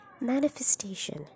manifestation